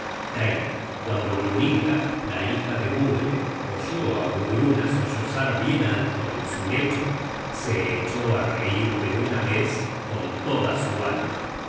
grito cuando brynhilda la hija de budle oyó á gudruna sollozar bien alto en su lecho se echó á reir de una vez con toda su alma